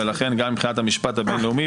ולכן גם מבחינת המשפט הבין-לאומי,